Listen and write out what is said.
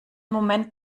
moment